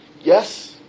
Yes